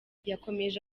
yakomeje